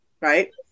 right